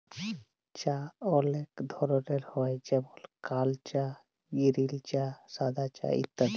চাঁ অলেক ধরলের হ্যয় যেমল কাল চাঁ গিরিল চাঁ সাদা চাঁ ইত্যাদি